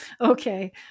Okay